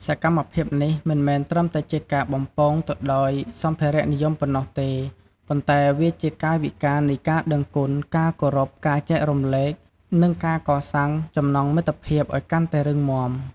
សកម្មភាពនេះមិនមែនត្រឹមតែជាការបំពងទៅដោយសម្ភារៈនិយមប៉ុណ្ណោះទេ ប៉ុន្តែវាជា កាយវិការនៃការដឹងគុណ ការគោរព ការចែករំលែក និងការកសាងចំណងមិត្តភាព ឱ្យកាន់តែរឹងមាំ។